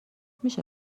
میشه